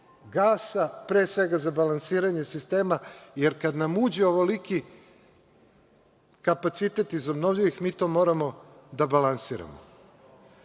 gasa, pre svega za balansiranje sistema, jer kad nam uđe ovoliki kapacitet iz obnovljivih, mi to moramo da balansiramo.